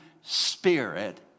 Spirit